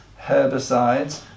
herbicides